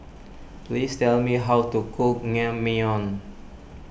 please tell me how to cook Naengmyeon